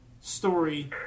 story